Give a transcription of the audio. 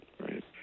right